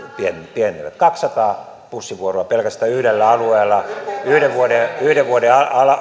pienenivät kaksisataa bussivuoroa pelkästään yhdellä alueella yhden vuoden